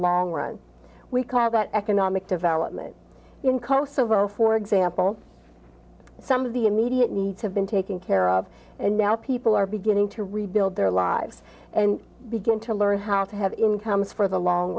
long run we can have that economic development in kosovo for example some of the immediate needs have been taking care of and now people are beginning to rebuild their lives and begin to learn how to have incomes for the long